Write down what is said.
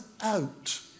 out